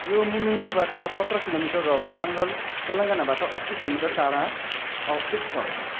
यो मुलुगुबाट सत्र किलोमिटर र वारङ्गल तेलङ्गानाबाट अस्सी किलोमिटर टाढा अवस्थित छ